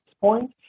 point